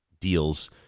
deals